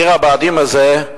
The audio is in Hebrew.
עיר הבה"דים הזאת,